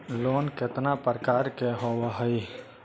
Loan केतना प्रकार के होव हइ?